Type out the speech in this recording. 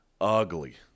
Ugly